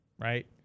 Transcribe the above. Right